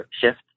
shift